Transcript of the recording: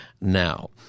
now